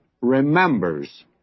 remembers